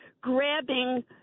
grabbing